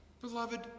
Beloved